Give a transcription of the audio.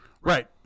Right